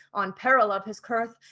on peril of his curse,